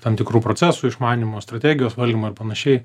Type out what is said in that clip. tam tikrų procesų išmanymo strategijos valdymo ir panašiai